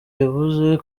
yavuze